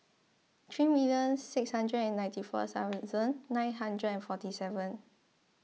three million six hundred and ninety four thousand nine hundred and forty seven